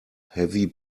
heavy